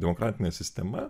demokratinė sistema